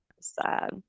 Sad